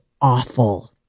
awful